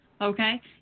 okay